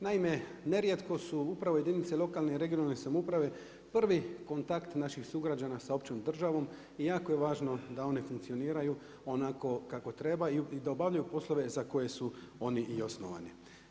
Naime, nerijetko su upravo jedinice lokalne i regionalne samouprave prvi kontakt naših sugrađana sa općom državom i jako je važno da one funkcioniraju onako kako trebaju i da obavljaju poslove za koje su oni i osnovani.